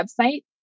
website